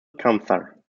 cancer